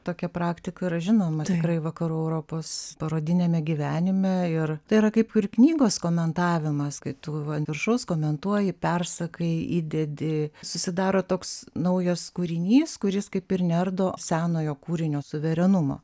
tokia praktika yra žinoma tikrai vakarų europos parodiniame gyvenime ir tai yra kaip ir knygos komentavimas kai tu ant viršaus komentuoji persakai įdedi susidaro toks naujas kūrinys kuris kaip ir neardo senojo kūrinio suverenumo